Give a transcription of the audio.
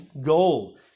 goal